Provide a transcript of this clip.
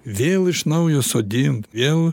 vėl iš naujo sodint vėl